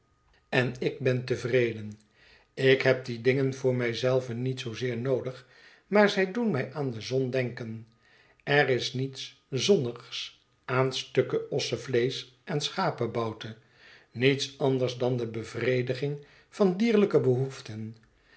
en ik ben tevreden ik heb die dingen voor mij zelven niet zoozeer noodig maar zij doen mij aan de zon denken er is niets zonnigs aan stukken ossevleesch en schapebouten niets anders dan de bevrediging van dierlijke behoeften